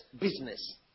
business